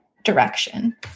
direction